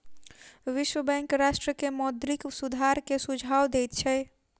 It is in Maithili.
विश्व बैंक राष्ट्र के मौद्रिक सुधार के सुझाव दैत छै